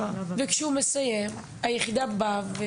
וכשהוא מסיים היחידה באה.